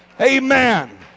Amen